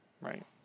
right